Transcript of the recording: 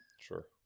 Sure